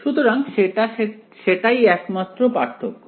সুতরাং সেটাই একমাত্র পার্থক্য